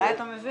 אולי אתה מבין.